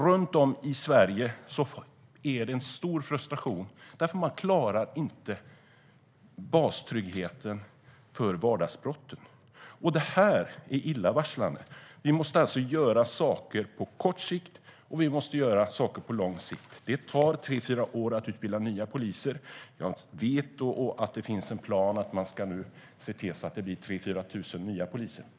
Runt om i Sverige är det en stor frustration, för polisen klarar inte bastryggheten när det gäller vardagsbrotten. Detta är illavarslande. Vi måste göra saker på kort sikt och på lång sikt. Det tar tre fyra år att utbilda nya poliser. Jag vet att det finns en plan att det ska bli 3 000-4 000 nya poliser.